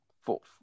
Fourth